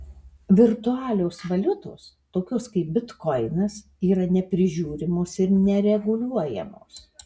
virtualios valiutos tokios kaip bitkoinas yra neprižiūrimos ir nereguliuojamos